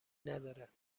نداره